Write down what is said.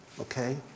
Okay